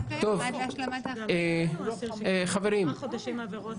כיום עד להשלמת --- המועצה לשלום הילד,